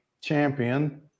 champion